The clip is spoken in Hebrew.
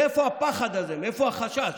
איפה הפחד הזה, איפה החשש,